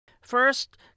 First